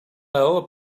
meddwl